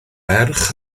ferch